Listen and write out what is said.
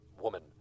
woman